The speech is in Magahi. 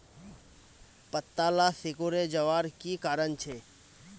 पत्ताला सिकुरे जवार की कारण छे?